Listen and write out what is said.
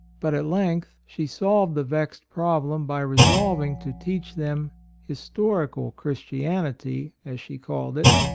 but at length she solved the vexed problem by resolving to teach them historical christi anity, as she called it,